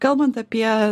kalbant apie